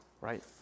right